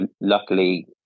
luckily